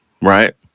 right